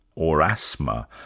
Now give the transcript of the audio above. or asthma.